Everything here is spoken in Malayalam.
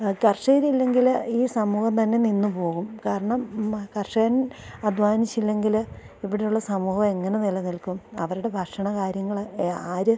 കർഷകരില്ലെങ്കില് ഈ സമൂഹം തന്നെ നിന്നുപോകും കാരണം കർഷകൻ അദ്ധ്വാനിച്ചില്ലെങ്കില് ഇവിടെയുള്ള സമൂഹം എങ്ങനെ നിലനിൽക്കും അവരുടെ ഭക്ഷണകാര്യങ്ങള് ആര്